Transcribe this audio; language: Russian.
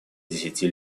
десяти